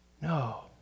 No